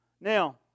Now